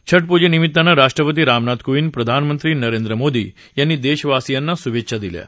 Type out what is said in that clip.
छ पूजे निमित्तान रिष्ट्रपती रामनाथ कोविद्दप्रधानमत्ती नरेंद्र मोदी यासीी देशवासियासी शुभेच्छा दिल्या आहेत